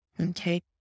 Okay